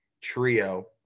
trio